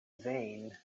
vain